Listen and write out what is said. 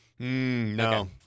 No